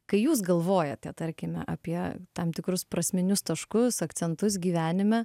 kai jūs galvojate tarkime apie tam tikrus prasminius taškus akcentus gyvenime